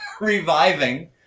reviving